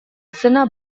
izena